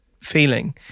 feeling